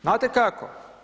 Znate kako?